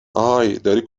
اهای، داری